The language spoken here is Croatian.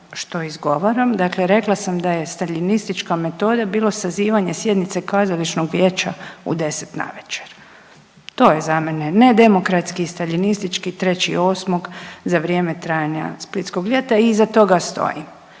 što izgovaram. Dakle, rekla sam da je staljinistička metoda bilo sazivanje sjednice kazališnog vijeća u 10 navečer. To je za mene nedemokratski, staljinistički 3.8. za vrijeme trajanja Splitskog ljeta i iza toga stojim.